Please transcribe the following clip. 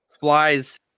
flies